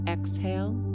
Exhale